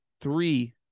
three